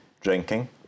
drinking